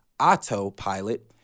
autopilot